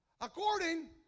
according